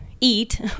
eat